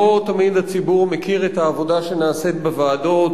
לא תמיד הציבור מכיר את העבודה שנעשית בוועדות.